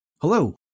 Hello